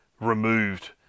removed